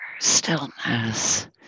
stillness